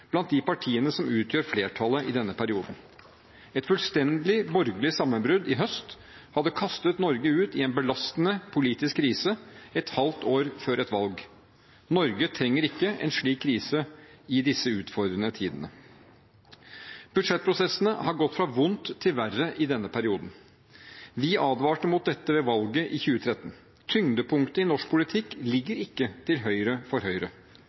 blant de partiene som utgjør flertallet i denne perioden. Et fullstendig borgerlig sammenbrudd i høst hadde kastet Norge ut i en belastende politisk krise et halvt år før et valg. Norge trenger ikke en slik krise i disse utfordrende tidene. Budsjettprosessene har gått fra vondt til verre i denne perioden. Vi advarte mot dette ved valget i 2013. Tyngdepunktet i norsk politikk ligger ikke til høyre for Høyre.